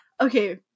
Okay